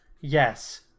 yes